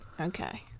Okay